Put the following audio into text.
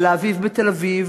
על האביב בתל-אביב,